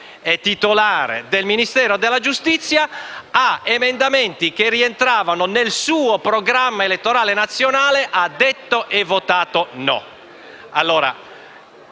è titolare del Ministero della giustizia, a emendamenti che rientravano nel suo programma elettorale nazionale ha votato contro.